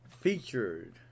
featured